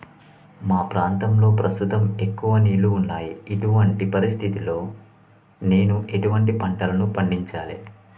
మా ప్రాంతంలో ప్రస్తుతం ఎక్కువ నీళ్లు ఉన్నాయి, ఇటువంటి పరిస్థితిలో నేను ఎటువంటి పంటలను పండించాలే?